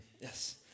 Yes